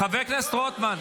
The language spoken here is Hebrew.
חבר הכנסת רוטמן,